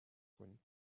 کنید